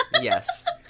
Yes